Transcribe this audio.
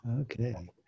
Okay